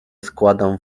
składam